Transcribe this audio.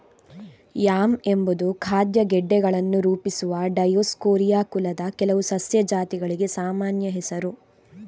yam ಎಂಬುದು ಖಾದ್ಯ ಗೆಡ್ಡೆಗಳನ್ನು ರೂಪಿಸುವ ಡಯೋಸ್ಕೋರಿಯಾ ಕುಲದ ಕೆಲವು ಸಸ್ಯ ಜಾತಿಗಳಿಗೆ ಸಾಮಾನ್ಯ ಹೆಸರು